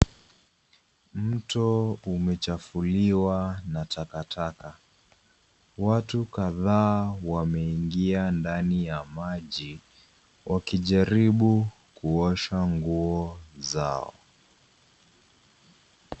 Mto umechafuliwa na takataka. Watu kadhaa wameingia ndani ya maji wakijaribu kuosha nguo zao.